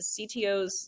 CTOs